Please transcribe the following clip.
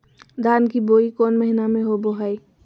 धान की बोई कौन महीना में होबो हाय?